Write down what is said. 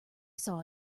saw